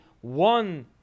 one